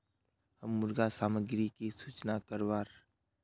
हम मुर्गा सामग्री की सूचना करवार?